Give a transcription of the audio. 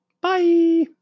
Bye